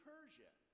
Persia